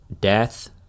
Death